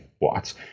watts